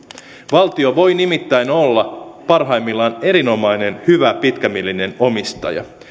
valtio voi nimittäin olla parhaimmillaan erinomainen hyvä pitkämielinen omistaja